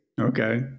Okay